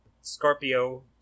Scorpio